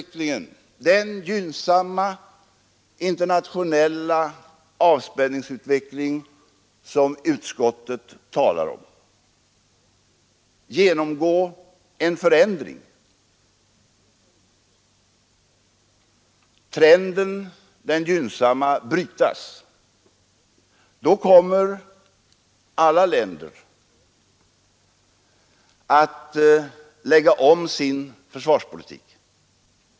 Skulle den gynnsamma internationella avspänningsutvecklingen som utskottet talar om genomgå en förändring, skulle den gynnsamma trenden brytas, då kommer alla länder, även Sverige, att lägga om sin försvarspolitik.